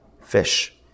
fish